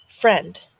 Friend